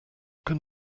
can